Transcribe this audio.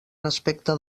respecte